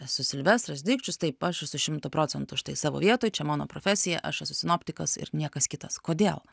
esu silvestras dikčius taip aš esu šimtu procentų štai savo vietoj čia mano profesija aš esu sinoptikas ir niekas kitas kodėl